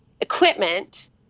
equipment